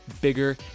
bigger